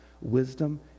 Wisdom